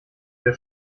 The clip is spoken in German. wir